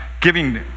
giving